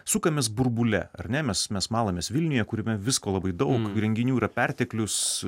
sukamės burbule ar ne mes mes malamės vilniuje kuriame visko labai daug renginių yra perteklius